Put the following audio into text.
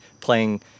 playing